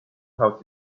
how